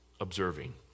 observing